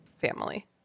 family